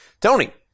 Tony